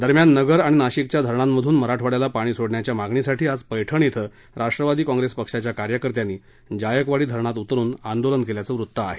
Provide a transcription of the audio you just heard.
दरम्यान नगर आणि नाशिकच्या धरणांमधून मराठवाड्याला पाणी सोडण्याच्या मागणीसाठी आज पैठण इथं राष्ट्रवादी काँप्रेस पक्षाच्या कार्यकर्त्यांनी जायकवाडी धरणात उतरून आंदोलन केल्याचं वृत्त आहे